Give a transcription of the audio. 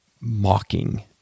mocking